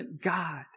God